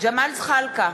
ג'מאל זחאלקה,